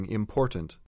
important